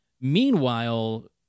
Meanwhile